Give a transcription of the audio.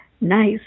Nice